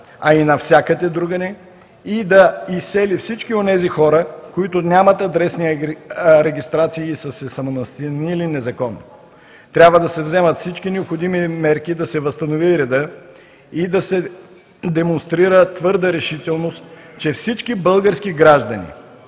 а и навсякъде другаде и да изсели всички онези хора, които нямат адресни регистрации и са се самонастанили незаконно. Трябва да се вземат всички необходими мерки да се възстанови редът и да се демонстрира твърда решителност, че всички български граждани